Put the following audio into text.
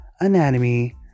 anatomy